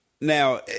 now –